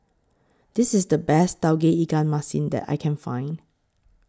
This IS The Best Tauge Ikan Masin that I Can Find